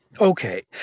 okay